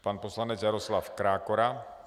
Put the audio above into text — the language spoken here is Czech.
Pan poslanec Jaroslav Krákora.